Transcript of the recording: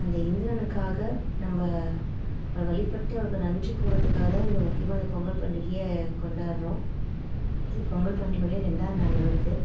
அந்த இந்திரனுக்காக நம்ம அவர வழிபட்டு அவருக்கு நன்றி கூறதுக்காக தான் இந்த முக்கியமாக இந்த பொங்கல் பண்டிகையை கொண்டாடுறோம் இது பொங்கல் பண்டிகையுடைய ரெண்டாவது நாளில் வருது